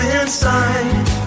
inside